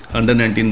under-19